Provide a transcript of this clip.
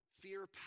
fear